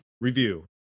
Review